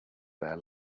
there